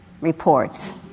reports